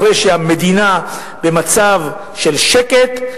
אחרי שהמדינה במצב של שקט,